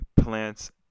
plants